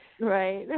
Right